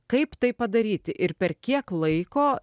kaip tai padaryti ir per kiek laiko